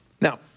Now